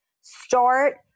start